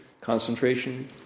concentration